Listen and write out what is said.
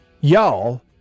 y'all